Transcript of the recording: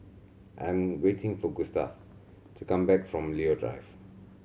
I am waiting for Gustave to come back from Leo Drive